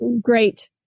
great